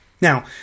Now